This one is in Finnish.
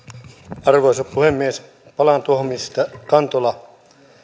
arvoisa puhemies palaan tuohon mistä kantola